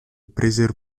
presero